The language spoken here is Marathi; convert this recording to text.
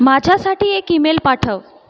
माझ्यासाठी एक ईमेल पाठव